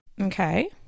Okay